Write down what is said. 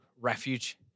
refuge